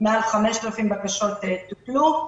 מעל 5,000 בקשות טופלו.